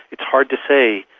it's hard to say,